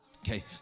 Okay